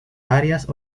varias